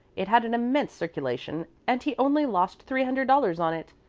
it had an immense circulation, and he only lost three hundred dollars on it.